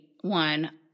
one